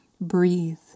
Breathe